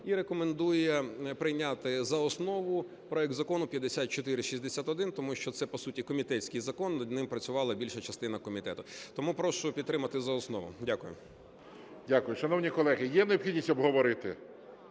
і рекомендує прийняти за основу проект Закону 5461. Тому що це по суті комітетський закон, над ним працювала більша частина комітету. Тому прошу підтримати за основу. Дякую. ГОЛОВУЮЧИЙ. Дякую. Шановні колеги, є необхідність обговорити?